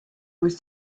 was